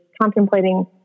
contemplating